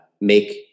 make